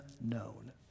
known